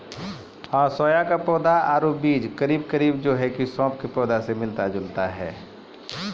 सोया के पौधा आरो बीज करीब करीब सौंफ स मिलता जुलता होय छै